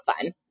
fun